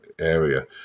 area